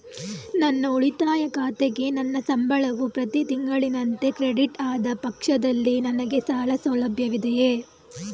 ನನ್ನ ಉಳಿತಾಯ ಖಾತೆಗೆ ನನ್ನ ಸಂಬಳವು ಪ್ರತಿ ತಿಂಗಳಿನಂತೆ ಕ್ರೆಡಿಟ್ ಆದ ಪಕ್ಷದಲ್ಲಿ ನನಗೆ ಸಾಲ ಸೌಲಭ್ಯವಿದೆಯೇ?